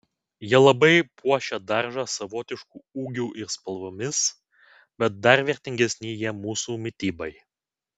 jie labai puošia daržą savotišku ūgiu ir spalvomis bet dar vertingesni jie mūsų mitybai